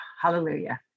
hallelujah